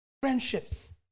Friendships